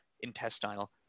intestinal